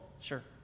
sure